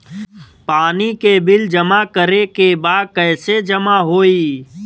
पानी के बिल जमा करे के बा कैसे जमा होई?